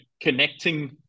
connecting